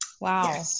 Wow